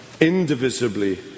indivisibly